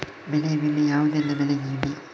ಬೆಳೆ ವಿಮೆ ಯಾವುದೆಲ್ಲ ಬೆಳೆಗಿದೆ?